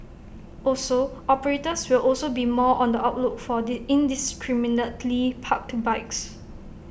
also operators will also be more on the outlook for the indiscriminately parked bikes